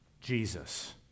Jesus